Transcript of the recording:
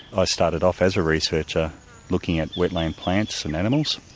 i started off as a researcher looking at wetland plants and animals,